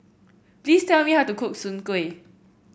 please tell me how to cook Soon Kuih